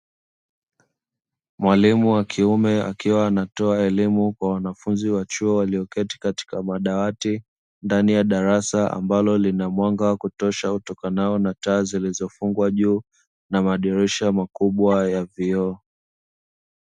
Mwalimu wa kiume akiwa anatoa elimu kwa wanafunzi wa chuo, walioketi katika madawati ndani ya darasa mbalo lina mwanga wa kutosha utokanao na taa zilizofungwa juu na madirisha makubwa ya vioo.